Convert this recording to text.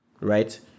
right